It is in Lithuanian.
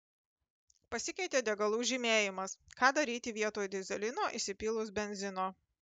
pasikeitė degalų žymėjimas ką daryti vietoj dyzelino įsipylus benzino